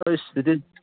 ꯑꯁ ꯑꯗꯨꯗꯤ